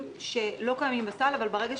אנחנו עוברים עם גביה כדי לממן את